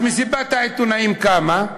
אז מסיבת העיתונאים קמה,